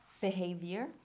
Behavior